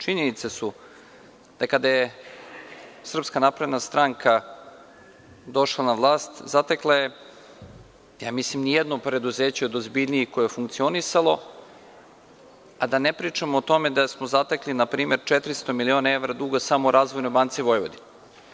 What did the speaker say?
Činjenice su da kada je Srpska napredna stranka došla na vlast zatekla je ja mislim i nijedno preduzeće od ozbiljnijih koje je funkcionisalo, a da ne pričamo o tome da smo zatekli na primer 400 miliona evra duga samo u Razvojnoj banci Vojvodine.